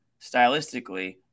stylistically